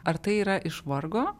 ar tai yra iš vargo